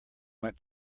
went